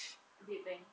big bang